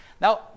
Now